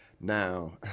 Now